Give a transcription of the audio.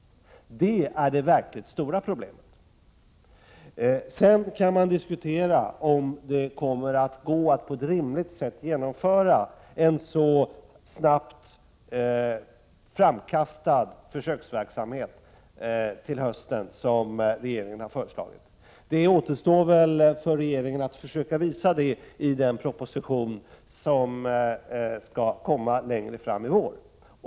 Detta är det verkligt stora problemet. Sedan kan man diskutera om det kommer att gå att på ett rimligt sätt genomföra en så snabbt framkastad försöksverksamhet till hösten, som regeringen har föreslagit. Det återstår för regeringen att försöka visa det i den proposition som skall komma längre fram i vår.